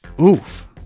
Oof